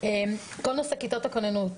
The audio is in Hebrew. כל נושא כיתות הכוננות.